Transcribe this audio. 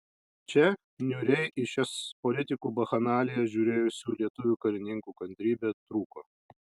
čia niūriai į šias politikų bakchanalijas žiūrėjusių lietuvių karininkų kantrybė trūko